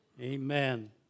Amen